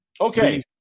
Okay